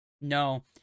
No